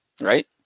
right